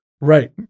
Right